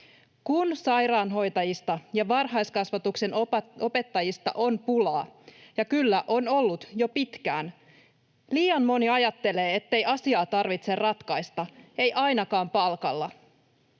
Kun sairaanhoitajista ja varhaiskasvatuksen opettajista on pulaa — ja kyllä, on ollut jo pitkään — liian moni ajattelee, ettei asiaa tarvitse ratkaista, ei ainakaan palkalla.